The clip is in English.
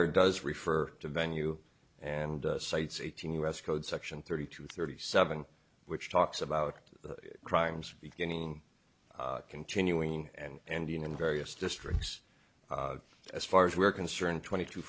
er does refer to venue and cites eighteen us code section thirty two thirty seven which talks about crimes beginning continuing and ending in various districts as far as we're concerned twenty t